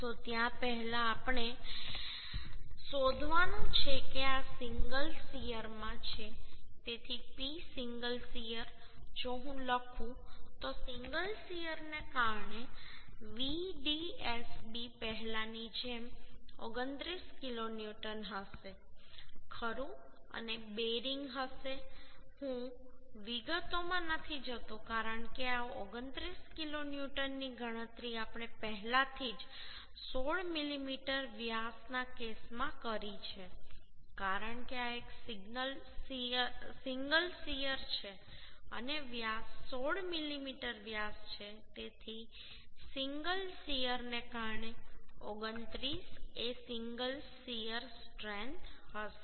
તો ત્યાં પહેલા આપણે એ શોધવાનું છે કે આ સિંગલ શીયરમાં છે તેથી P સિંગલ શીયર જો હું લખું તો સિંગલ શીયરને કારણે Vdsb પહેલાની જેમ 29 કિલોન્યુટન હશે ખરું અને બેરિંગ હશે હું વિગતોમાં નથી જતો કારણ કે આ 29 કિલોન્યુટનની ગણતરી આપણે પહેલાથી 16 મીમી વ્યાસના કેસમાં કરી છે કારણ કે આ એક સિંગલ શીયર છે અને વ્યાસ 16 મીમી વ્યાસ છે તેથી સિંગલ શીયરને કારણે 29 એ સિંગલ શીયર સ્ટ્રેન્થ હશે